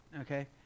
okay